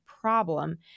problem